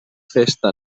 festa